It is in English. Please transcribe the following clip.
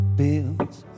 builds